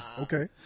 Okay